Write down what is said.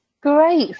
Great